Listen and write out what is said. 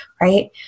right